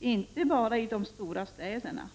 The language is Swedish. inte bara i de stora städerna.